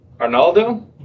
Arnaldo